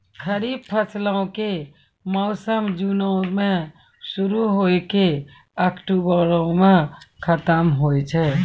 खरीफ फसलो के मौसम जूनो मे शुरु होय के अक्टुबरो मे खतम होय छै